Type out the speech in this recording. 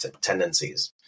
tendencies